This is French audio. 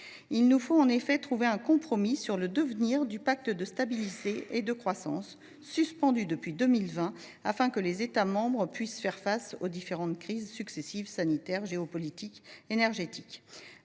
Il nous faut, en effet, trouver un compromis sur le devenir du pacte de stabilité et de croissance, suspendu depuis 2020 afin que les États membres puissent faire face aux différentes crises successives – sanitaire, géopolitique, énergétique.